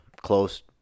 close